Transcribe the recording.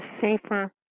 safer